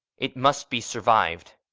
it must be survived.